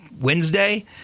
Wednesday